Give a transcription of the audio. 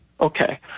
Okay